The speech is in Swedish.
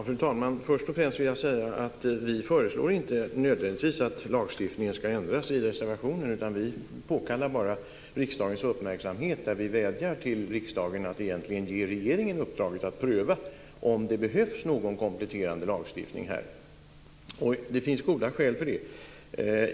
Fru talman! Först och främst vill jag säga att vi inte nödvändigtvis föreslår att lagstiftningen ska ändras i reservationen, utan vi påkallar bara riksdagens uppmärksamhet. Vi vädjar till riksdagen om att ge regeringen uppdraget att pröva om det behövs någon kompletterande lagstiftning här. Det finns goda skäl för det.